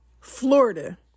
Florida